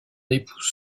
épouse